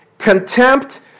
Contempt